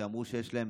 שאמרו שיש להם